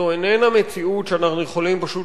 זו איננה מציאות שאנחנו יכולים פשוט